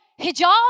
hijab